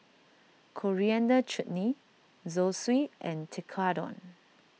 Coriander Chutney Zosui and Tekkadon